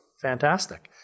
fantastic